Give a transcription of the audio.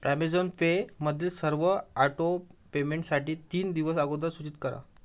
Amazon Pay मधील सर्व auto पेमेंटसाठी तीन दिवस अगोदर सूचित करा